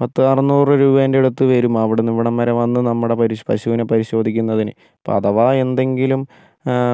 പത്തറുനൂറ് രൂപേന്റെ അടുത്ത് വരും അവിടുന്ന് ഇവിടം വരെ വന്ന് നമ്മുടെ പശുവിനെ പരിശോധിക്കുന്നതിന് ഇപ്പം അധവാ എന്തെങ്കിലും